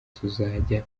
tuzajya